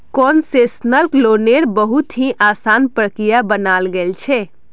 concessional लोन्नेर बहुत ही असान प्रक्रिया बनाल गेल छे